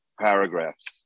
paragraphs